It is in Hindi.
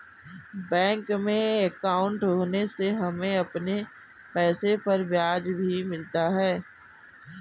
बैंक में अंकाउट होने से हमें अपने पैसे पर ब्याज भी मिलता है